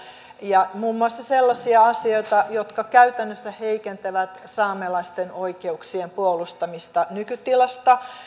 ja muun muassa sellaisia asioita jotka käytännössä heikentävät saamelaisten oikeuksien puolustamista nykytilasta